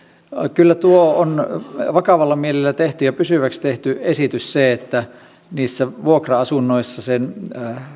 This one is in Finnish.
kyllä tuo on vakavalla mielellä tehty ja pysyväksi tehty esitys että niissä vuokra asunnoissa sen